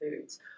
foods